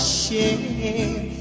share